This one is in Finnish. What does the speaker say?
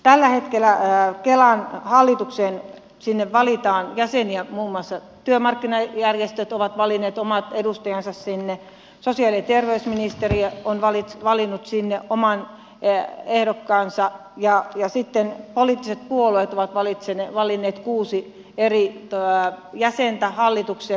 tällä hetkellä kelan hallitukseen valitaan jäseniä muun muassa työmarkkinajärjestöt ovat valinneet omat edustajansa sinne sosiaali ja terveysministeriö on valinnut sinne oman ehdokkaansa ja sitten poliittiset puolueet ovat valinneet kuusi eri jäsentä hallitukseen